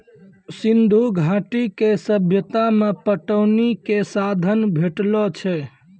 सिंधु घाटी के सभ्यता मे पटौनी के साधन भेटलो छै